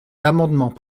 l’amendement